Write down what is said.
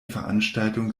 veranstaltung